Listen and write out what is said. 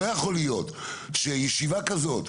לא יכול להיות שישיבה כזאת,